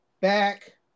back